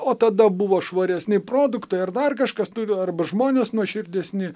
o tada buvo švaresni produktai ar dar kažkas nu arba žmonės nuoširdesni